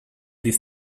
this